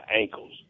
ankles